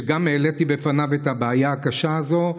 שגם בפניו העליתי את הבעיה הקשה הזאת,